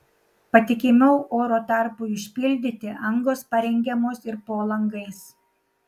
patikimiau oro tarpui užpildyti angos parengiamos ir po langais